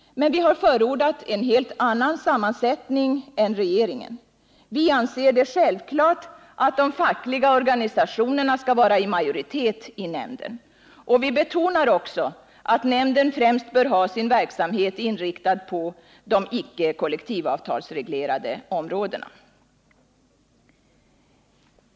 Men vi har förordat en helt annan sammansättning av nämnden än regeringen. Vi anser det självklart att de fackliga organisationerna skall vara i majoritet i nämnden, och vi betonar också att nämnden främst bör ha sin verksamhet inriktad på de icke kollektivavtalsreglerade områdena.